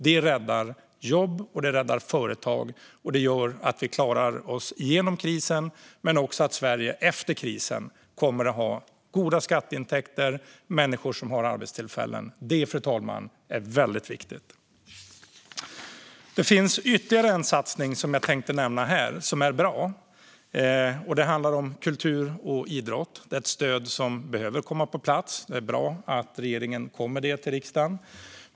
Det räddar jobb och företag, och det gör att vi klarar oss igenom krisen men också att Sverige efter krisen kommer att ha goda skatteintäkter och människor som har arbetstillfällen. Det, fru talman, är väldigt viktigt. Det finns ytterligare en satsning som jag tänkte nämna här och som är bra. Det handlar om kultur och idrott och är ett stöd som behöver komma på plats. Det är bra att regeringen kommer med detta till riksdagen.